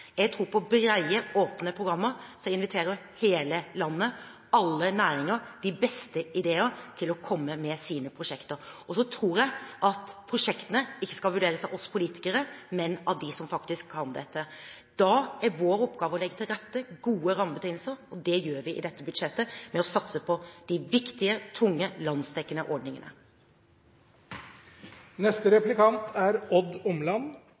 Jeg tror ikke det er slik! Jeg tror på brede, åpne programmer som inviterer hele landet, alle næringer, de beste ideer til å komme med sine prosjekter. Så tror jeg at prosjektene ikke skal vurderes av oss politikere, men av dem som faktisk kan dette. Da er vår oppgave å legge til rette gode rammebetingelser, og det gjør vi i dette budsjettet ved å satse på de viktige, tunge, landsdekkende ordningene.